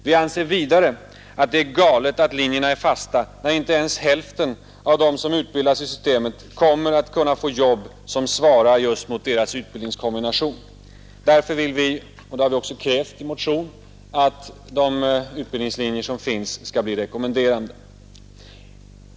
Vi anser vidare att det är galet att linjerna är fasta, när inte ens hälften av dem som utbildas i systemet kommer att kunna få jobb som svarar mot deras utbildningskombination. Därför vill vi och det har vi också krävt i motion — att de utbildningslinjer som finns skall bli rekommenderande.